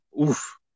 oof